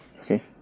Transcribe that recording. Okay